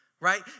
right